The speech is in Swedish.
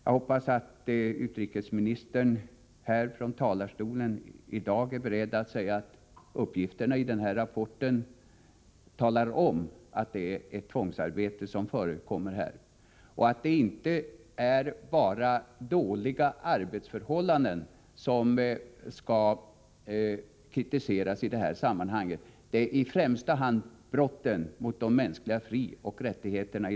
Jag hoppas att utrikesministern i dag är beredd att här från talarstolen säga att uppgifterna i den nu aktuella rapporten talar om att det är ett tvångsarbete som förekommer och att det inte bara är dåliga arbetsförhållanden som skall kritiseras i detta sammanhang utan i första hand brotten mot den mänskliga frioch rättigheterna.